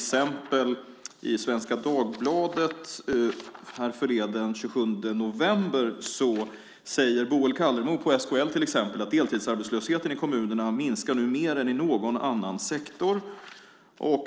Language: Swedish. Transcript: sjunker. I Svenska Dagbladet den 27 november säger Boel Callermo på SKL att deltidsarbetslösheten i kommunerna nu minskar mer än i någon annan sektor.